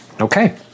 Okay